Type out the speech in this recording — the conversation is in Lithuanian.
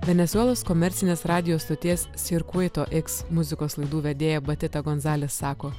venesuelos komercinės radijo stoties sirkuoto iks muzikos laidų vedėja batita gonzelės sako